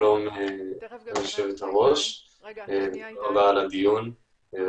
שלום ליושב הראש ותודה על הדיון.